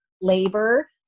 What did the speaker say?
labor